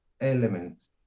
elements